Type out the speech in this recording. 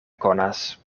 konas